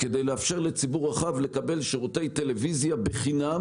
כדי לאפשר לציבור הרחב לקבל שירותי טלוויזיה חינם,